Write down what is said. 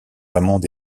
amendes